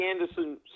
Anderson